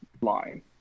line